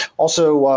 also,